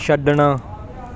ਛੱਡਣਾ